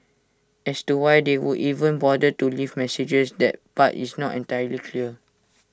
as to why they would even bother to leave messages that part is not entirely clear